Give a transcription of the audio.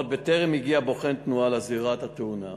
עוד בטרם הגיע בוחן תנועה לזירת התאונה.